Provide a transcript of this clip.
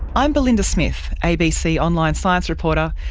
i'm belinda smith, abc online science reporter,